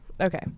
Okay